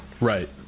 Right